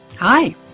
Hi